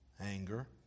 anger